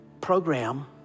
program